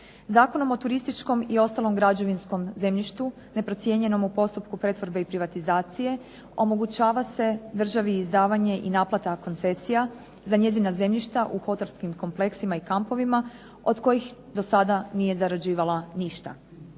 Zakonom o turističkom i ostalom građevinskom zemljištu neprocijenjenom u postupku pretvorbe i privatizacije omogućava se državi izdavanje i naplata koncesija za njezina zemljišta u hotelskim kompleksima i kampovima do kojih do sada nije zarađivala ništa.